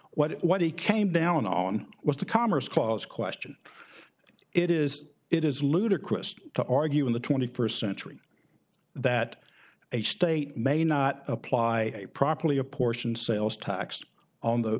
what what he came down on was the commerce clause question it is it is ludicrous to argue in the twenty first century that a state may not apply properly apportioned sales tax on the